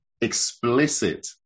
explicit